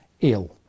ill